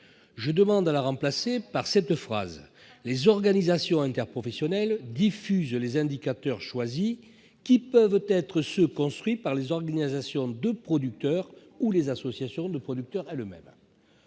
d'écrire à la place :« Les organisations interprofessionnelles diffusent les indicateurs choisis qui peuvent être ceux construits par les organisations de producteurs ou les associations de producteurs elles-mêmes.